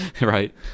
Right